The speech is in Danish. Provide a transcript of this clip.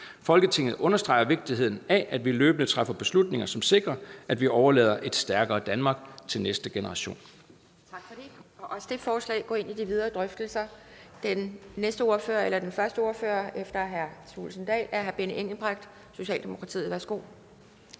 Folketinget understreger vigtigheden af, at vi løbende træffer beslutninger, som sikrer, at vi overlader et stærkere Danmark til næste generation.«